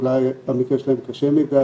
אולי המקרה שלהם קשה מדי,